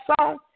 song